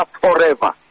forever